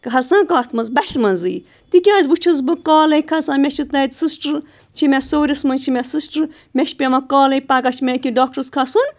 کھَسَن کَتھ منٛز بسہِ منٛزٕے تِکیازِ وۄنۍ چھُس بہٕ کالَے کھَسان مےٚ چھِ تَتہِ سِسٹر چھِ مےٚ سورِس منٛز چھِ مےٚ سِسٹَر مےٚ چھِ پٮ۪وان کالَے پَگاہ چھِ مےٚ ییٚکیٛاہ ڈاکٹرس کھسُن